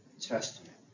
Testament